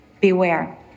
beware